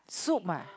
soup ah